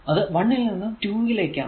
അത് 1 ൽ നിന്നും 2 ലേക്കാണ്